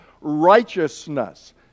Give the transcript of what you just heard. righteousness